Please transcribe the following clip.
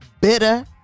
bitter